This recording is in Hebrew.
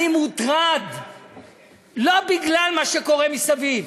אני מוטרד לא בגלל מה שקורה מסביב,